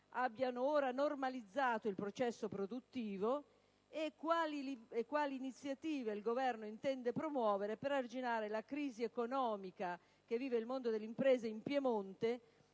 abbiano ora normalizzato il processo produttivo, e quali iniziative il Governo intende promuovere per arginare la crisi economica che vive il mondo delle imprese in Piemonte